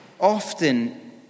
often